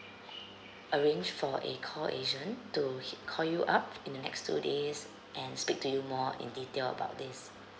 arrange for a call agent to h~ call you up in the next two days and speak to you more in detail about this